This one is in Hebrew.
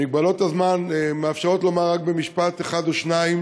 מגבלות הזמן מאפשרות לומר רק במשפט אחד או שניים